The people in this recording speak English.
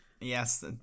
Yes